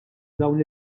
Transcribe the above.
dawn